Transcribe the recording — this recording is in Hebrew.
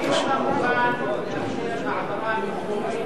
האם אתה מוכן לאפשר העברה,